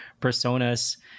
personas